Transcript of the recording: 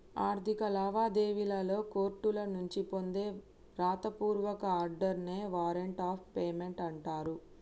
ఆర్థిక లావాదేవీలలో కోర్టుల నుంచి పొందే వ్రాత పూర్వక ఆర్డర్ నే వారెంట్ ఆఫ్ పేమెంట్ అంటరు